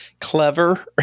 clever